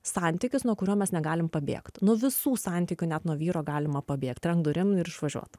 santykis nuo kurio mes negalim pabėgt nuo visų santykių net nuo vyro galima pabėgt trenkt durim ir išvažiuot